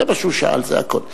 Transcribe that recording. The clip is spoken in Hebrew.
זה מה שהוא שאל, זה הכול.